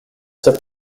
step